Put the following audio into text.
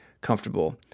comfortable